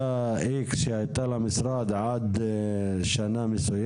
האם במשרד לא חושבים שמטמנה ותחנת מחזור יהוו